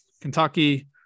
Kentucky